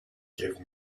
give